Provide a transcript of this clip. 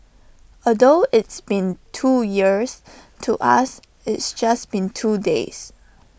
although it's been two years to us it's just been two days